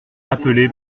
appelé